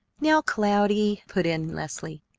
now, cloudy! put in leslie.